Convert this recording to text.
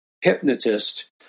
hypnotist